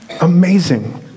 Amazing